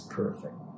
perfect